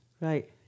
Right